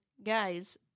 Guys